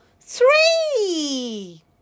three